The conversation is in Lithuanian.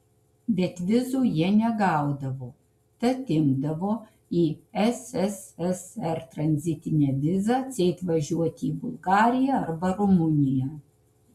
bet vizų jie negaudavo tad imdavo į sssr tranzitinę vizą atseit važiuoti į bulgariją arba rumuniją